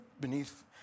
beneath